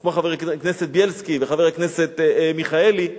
כמו חבר הכנסת בילסקי וחבר הכנסת מיכאלי,